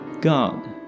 God